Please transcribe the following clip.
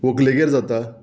व्हंकलेगेर जाता